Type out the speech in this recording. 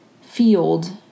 field